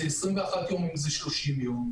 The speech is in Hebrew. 21 יום או 30 יום.